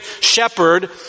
shepherd